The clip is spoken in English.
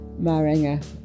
Maranga